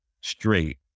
straight